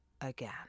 again